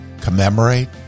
commemorate